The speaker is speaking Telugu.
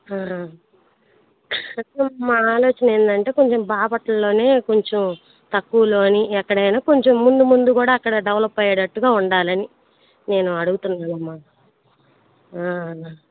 మా ఆలోచన ఏమిటి అంటే కొంచెం బాపట్లలోనే కొంచెం తక్కువలో అని ఎక్కడైనా కొంచెం ముందు ముందు కూడా అక్కడ డెవలప్ అయ్యేటట్టుగా ఉండాలని నేను అడుగుతున్నానమ్మా